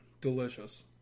delicious